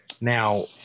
Now